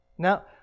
Now